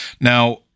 now